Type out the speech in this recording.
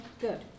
good